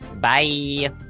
Bye